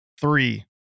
three